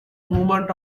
movement